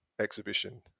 Exhibition